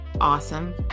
Awesome